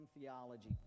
theology